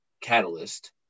catalyst